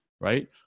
right